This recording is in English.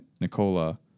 Nicola